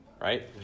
right